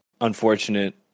Unfortunate